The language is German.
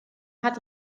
hat